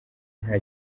nta